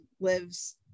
lives